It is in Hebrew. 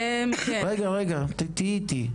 רגע תהיי איתי.